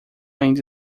ainda